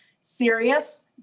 Serious